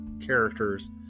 characters